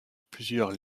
plusieurs